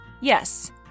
Yes